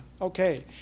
Okay